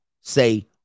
Say